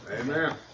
Amen